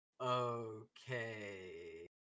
okay